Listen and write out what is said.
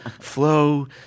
flow